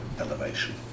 elevation